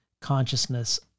Consciousness